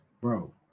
Bro